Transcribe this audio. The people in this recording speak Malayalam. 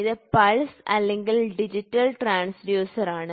ഇത് പൾസ്ഡ് അല്ലെങ്കിൽ ഡിജിറ്റൽ ട്രാൻസ്ഫ്യൂസർ ആണ്